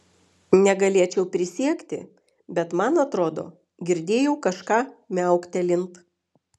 negalėčiau prisiekti bet man atrodo girdėjau kažką miauktelint